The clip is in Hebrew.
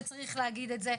וצריך להגיד את זה,